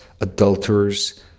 adulterers